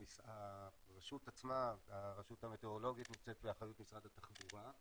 הרשות המטאורולוגית נמצאת באחריות משרד התחבורה,